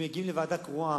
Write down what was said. כשמגיעים לוועדה קרואה,